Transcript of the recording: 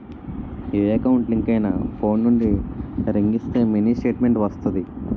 ఏ account link అయినా phone నుండి ring ఇస్తే మినీ స్టేట్మెంట్ వస్తాది